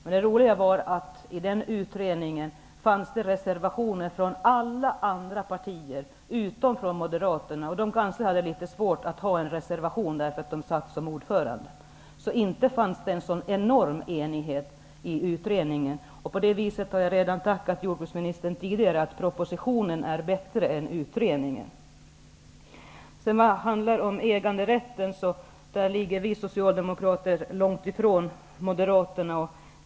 Men i utredningen fanns reservationer från alla partier utom Moderaterna. De kanske hade litet svårt att reservera sig, därför att det var en moderat som satt som ordförande. Inte fanns det någon enorm enighet i utredningen. Jag har redan tidigare tackat jordbruksministern för att propositionen är bättre än utredningen. När det gäller äganderätten ligger vi socialdemokrater långt ifrån Moderaterna.